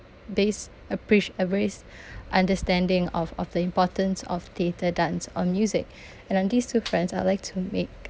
based apprec~ a base understanding of of the importance of theatre dance or music and on these two fronts I'd like to make